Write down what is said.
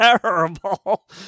terrible